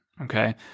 Okay